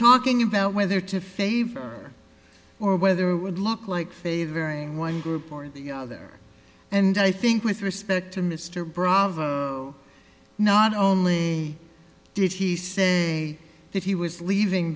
talking about whether to favor or whether it would look like favoring one group or the other and i think with respect to mr brough not only did he say that he was leaving